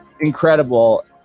incredible